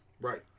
Right